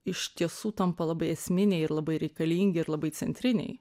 iš tiesų tampa labai esminiai ir labai reikalingi ir labai centriniai